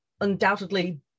undoubtedly